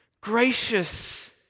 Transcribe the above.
Gracious